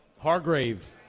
Hargrave